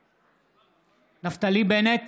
בעד נפתלי בנט,